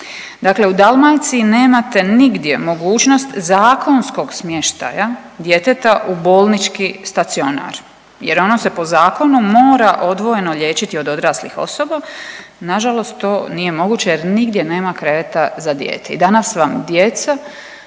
Dakle, u Dalmaciji nemate nigdje mogućnost zakonskog smještaja djeteta u bolnički stacionar jer ono se po zakonu mora odvijeno liječiti od odraslih osoba. Nažalost, to nije moguće jer nigdje nema kreveta za dijete.